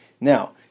Now